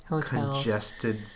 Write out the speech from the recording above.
congested